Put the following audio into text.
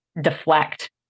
deflect